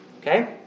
Okay